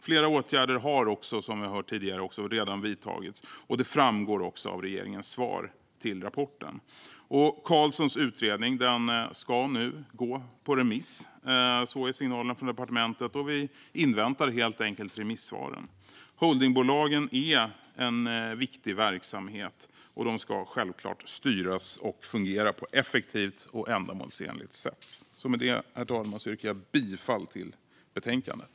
Flera åtgärder har också, som vi har hört tidigare, redan vidtagits. Det framgår även av regeringens svar på rapporten. Karlssons utredning ska nu ut på remiss - sådana är signalerna från departementet - och vi inväntar helt enkelt remissvaren. Holdingbolagen är en viktig verksamhet, och de ska självklart styras och fungera på ett effektivt och ändamålsenligt sätt. Med det, herr talman, yrkar jag bifall till utskottets förslag i betänkandet.